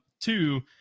Two